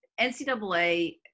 NCAA